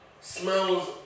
smells